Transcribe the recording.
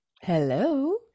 Hello